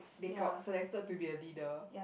they got selected to be a leader